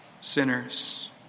Sinners